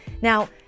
Now